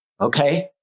Okay